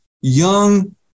young